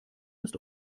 ist